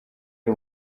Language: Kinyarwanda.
ari